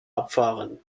abfahren